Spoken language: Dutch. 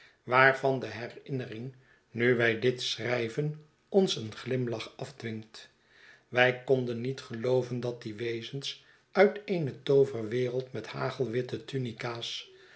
waarvan de herinnering nu wij dit schrijven ons een glimlach afdwingt wij konden niet gelooven dat die wezens uit eene tooverwereld met hagelwitte tunica's